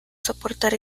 soportar